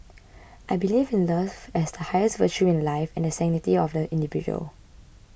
I believe in love as the highest virtue in life and the sanctity of the individual